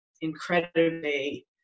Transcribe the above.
incredibly